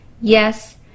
yes